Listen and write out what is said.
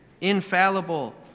infallible